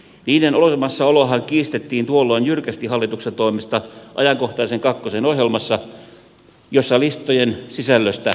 niiden olemassaolohan kiistettiin tuolloin jyrkästi hallituksen toimesta ajankohtaisen kakkosen ohjelmassa jossa listojen sisällöstä kerrottiin